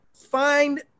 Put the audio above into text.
find